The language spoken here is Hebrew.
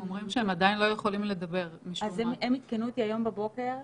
הם עדכנו אותי הבוקר